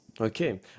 Okay